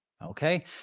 Okay